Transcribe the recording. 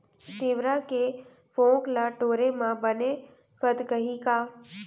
तिंवरा के फोंक ल टोरे म बने फदकही का?